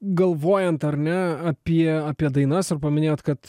galvojant ar ne apie apie dainas ir paminėjot kad